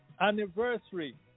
anniversary